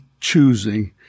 choosing